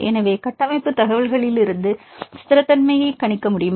எனவே கட்டமைப்பு தகவல்களிலிருந்து ஸ்திரத்தன்மையை கணிக்க முடியுமா